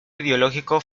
ideológico